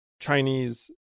Chinese